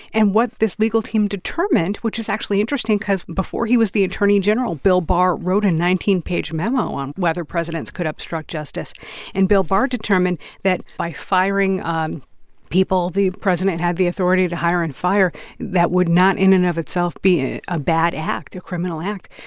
and what this legal team determined, which is actually interesting cause before he was the attorney general, bill barr wrote a nineteen page memo on whether presidents could obstruct justice and bill barr determined that by firing um people the president had the authority to hire and fire that would not in and of itself be ah a bad act, a criminal act.